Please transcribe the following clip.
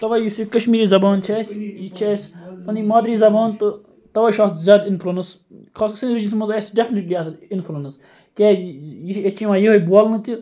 تَوے یوٚس یہِ کَشمیٖری زَبان چھِ اَسہِ یہِ چھِ اَسہِ پَنٕنۍ مادری زَبان تہٕ تَوے چھُ اَتھ زیادٕ اِنفُلنس خاص کر سٲنِس ڈِسٹرکَس مَنٛز آسہِ ڈیٚفنٹلی اَتھ اِنفُلنس کیٛاز ییٚتہِ چھِ یِوان یِہَے بولنہٕ تہِ